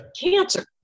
Cancer